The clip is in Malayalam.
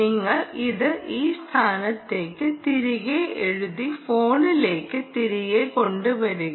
നിങ്ങൾ ഇത് ഈ സ്ഥാനത്തേക്ക് തിരികെ എഴുതി ഫോണിലേക്ക് തിരികെ കൊണ്ടുവരിക